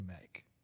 make